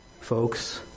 folks